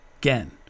Again